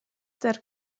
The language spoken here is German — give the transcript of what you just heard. der